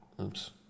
Oops